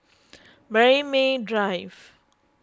Braemar Drive